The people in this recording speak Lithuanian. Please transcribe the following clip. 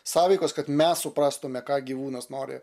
sąveikos kad mes suprastume ką gyvūnas nori